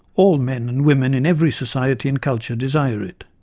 all men and women in every society and culture desire it.